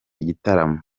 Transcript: igitaramo